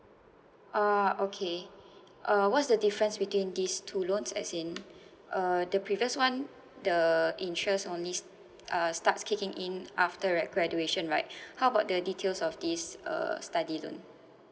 ah okay uh what's the difference between these two loans as in uh the previous one the interest only uh starts kicking in after grad~ graduation right how about the details of this uh study loan